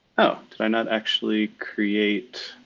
oh, did i not actually create,